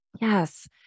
Yes